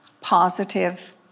positive